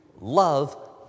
love